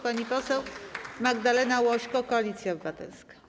Pani poseł Magdalena Łośko, Koalicja Obywatelska.